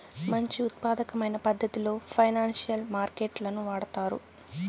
మంచి ఉత్పాదకమైన పద్ధతిలో ఫైనాన్సియల్ మార్కెట్ లను వాడుతారు